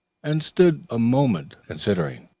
and stood a moment considering.